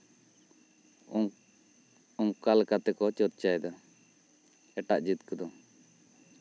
ᱚᱱᱠᱟ ᱞᱮᱠᱟ ᱛᱮᱠᱚ ᱪᱚᱨᱪᱟᱭᱮᱫᱟ ᱮᱴᱟᱜ ᱡᱟᱹᱛ ᱠᱚᱫᱚ